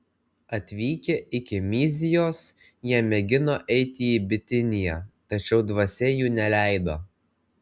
atvykę iki myzijos jie mėgino eiti į bitiniją tačiau dvasia jų neleido